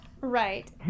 Right